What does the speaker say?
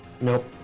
Nope